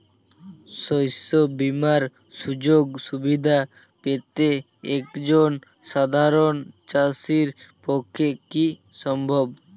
শস্য বীমার সুযোগ সুবিধা পেতে একজন সাধারন চাষির পক্ষে কি সম্ভব?